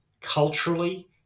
culturally